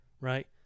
right